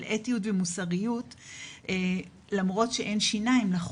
אתיות ומוסריות למרות שאין שיניים לחוק,